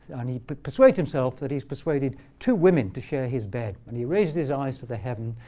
and he but persuaded himself that he's persuaded two women to share his bed. and he raises his eyes to the heavens.